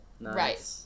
Right